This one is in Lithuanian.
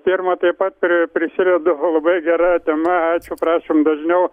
pirma tai pat pri prisidedu labai gera tema ačiū prašom dažniau